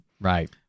Right